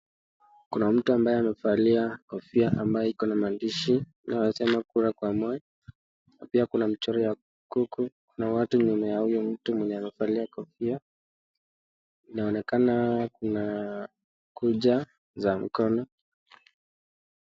Kuna mtu ambaye amevalia kofia ambaye ikona maandishi kura kwa Moi, na pia kuna mchoro ya kuku na watu nyuma ya huyo mtu wamevalia kofia, inaonekana kuna kucha za mkona.